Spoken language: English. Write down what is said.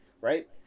right